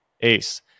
Ace